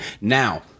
Now